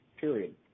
period